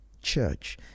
church